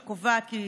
שקובעת כי